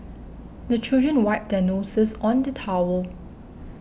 the children wipe their noses on the towel